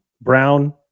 Brown